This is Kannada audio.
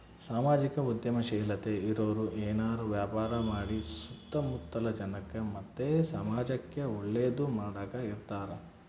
ಸಾಮಾಜಿಕ ಉದ್ಯಮಶೀಲತೆ ಇರೋರು ಏನಾರ ವ್ಯಾಪಾರ ಮಾಡಿ ಸುತ್ತ ಮುತ್ತಲ ಜನಕ್ಕ ಮತ್ತೆ ಸಮಾಜುಕ್ಕೆ ಒಳ್ಳೇದು ಮಾಡಕ ಇರತಾರ